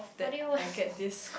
but they will